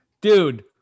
Dude